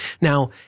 Now